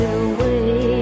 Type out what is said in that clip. away